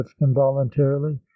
involuntarily